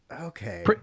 Okay